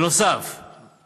נוסף על כך,